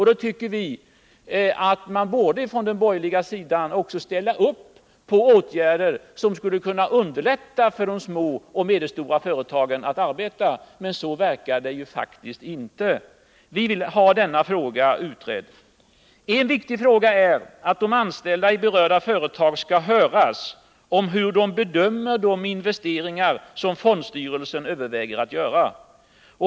Då tycker vi att man från den borgerliga sidan också borde ställa upp för åtgärder som skulle kunna underlätta för de små och medelstora företagen att arbeta. Men det verkar ju faktiskt inte som om man gör det. ” Ett viktigt krav är att de anställda i berörda företag skall höras om hur de bedömer de investeringar som fondstyrelsen överväger att göra.